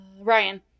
Ryan